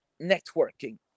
networking